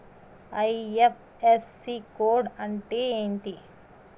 IFSC code అంటే ఏంటి?